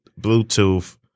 Bluetooth